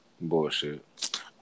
Bullshit